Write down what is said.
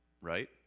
right